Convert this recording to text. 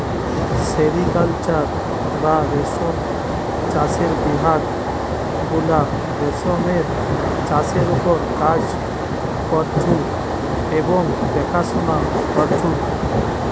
sericulture বা রেশম চাষের বিভাগ গুলা রেশমের চাষের ওপর কাজ করঢু এবং দেখাশোনা করঢু